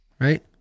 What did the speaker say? Right